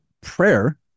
prayer